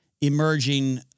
emerging